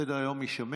סדר-היום יישמר.